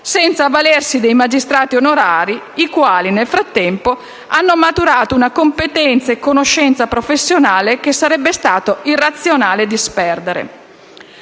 senza avvalersi dei magistrati onorari, i quali, nel frattempo, hanno maturato una competenza e una conoscenza professionale che sarebbe stato irrazionale disperdere.